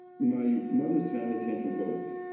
my mother's family came from poland,